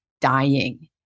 dying